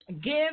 give